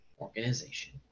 organization